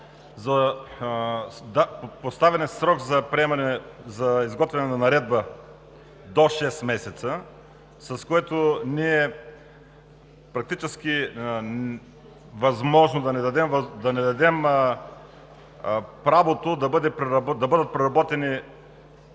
за поставяне на срок за изготвяне на наредба – до 6 месеца, с което ние практически да не дадем правото да бъдат преработени